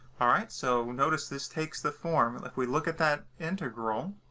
ah right. so notice this takes the form. if we look at that integral,